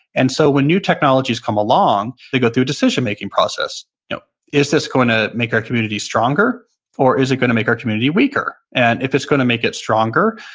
and so, when new technologies come along, they go through a decision making process. you know is this going to make our community stronger or is it going to make our community weaker? and if it's going to make it stronger,